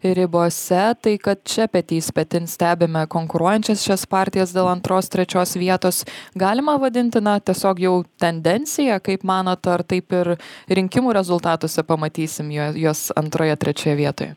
ribose tai kad čia petys petin stebime konkuruojančias šias partijas dėl antros trečios vietos galima vadinti na tiesiog jau tendencija kaip manot ar taip ir rinkimų rezultatuose pamatysim ją juos antroje trečioje vietoje